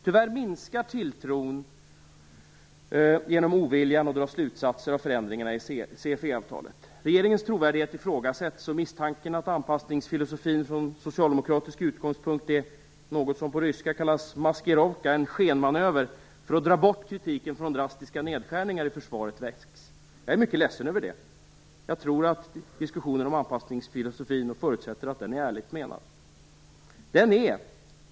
Tyvärr minskar tilltron genom oviljan att dra slutsatser av förändringarna i CFE-avtalet. Regeringens trovärdighet ifrågasätts, och misstanken väcks att anpassningsfilosofin från socialdemokratisk utgångspunkt är något som på ryska kallas maskirovka, en skenmanöver, för att dra bort kritiken från drastiska nedskärningar i försvaret. Jag är mycket ledsen över det. Jag tror att diskussionen om anpassningsfilosofin förutsätter att den är ärligt menad.